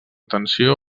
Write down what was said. tensió